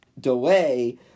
delay